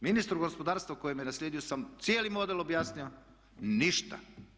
Ministru gospodarstva koji me je naslijedio sam cijeli model objasnio ništa!